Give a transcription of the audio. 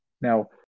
Now